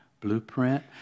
blueprint